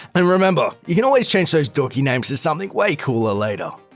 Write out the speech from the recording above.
and remember you can always change those dorky names to something way cooler later.